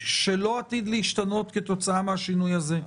שלא עתיד להשתנות כתוצאה מהשינוי הזה,